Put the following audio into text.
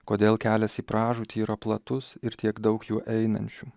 kodėl kelias į pražūtį yra platus ir tiek daug jų einančių